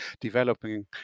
developing